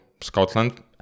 Scotland